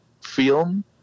film